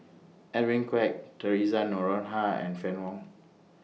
Edwin Koek Theresa Noronha and Fann Wong